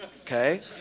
okay